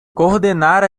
coordenar